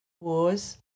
wars